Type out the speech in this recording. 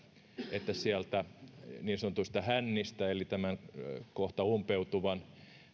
että sieltä niin sanotuista hännistä eli tämän kohta umpeutuvan